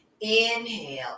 inhale